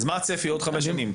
מה הצפי בעוד חמש שנים?